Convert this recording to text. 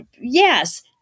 yes